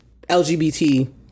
LGBT